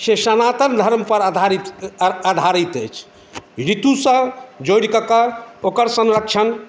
से सनातन धर्मपर आधारित आधारित अछि ऋतुसँ जोड़िकऽ ओकर संरक्षण